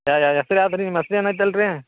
ಯಾ ಯಾ ಹೆಸ್ರು ಯಾವ್ದುರಿ ನಿಮ್ಮ ಹೆಸ್ರು ಏನು ಐಯ್ತಲ್ರಿ